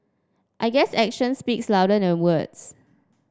I guess action speaks louder than words